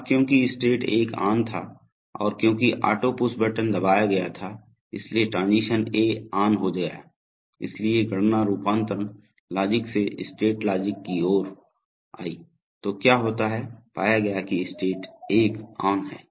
अब क्योंकि state 1 on था और क्योंकि ऑटो पुश बटन दबाया गया था इसलिए ट्रांजीशन ए ऑन हो गया इसलिए गणना रूपांतरण लॉजिक से स्टेट लॉजिक की ओर आई तो क्या होता है पाया गया कि स्टेट 1 ऑन है